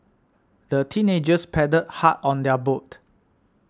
the teenagers paddled hard on their boat